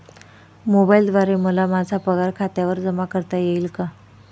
मोबाईलद्वारे मला माझा पगार खात्यावर जमा करता येईल का?